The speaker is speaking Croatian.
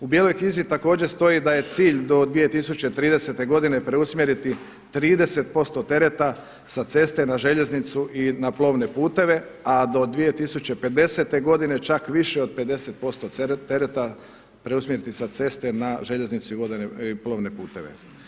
U bijeloj knjizi također stoji da je cilj do 2030. godine preusmjeriti 30% tereta sa ceste na željeznicu i na plovne puteve a do 2050. godine čak više od 50% tereta preusmjeriti sa ceste na željeznicu i plovne puteve.